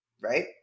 right